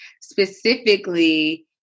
specifically